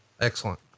Excellent